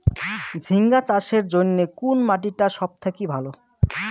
ঝিঙ্গা চাষের জইন্যে কুন মাটি টা সব থাকি ভালো?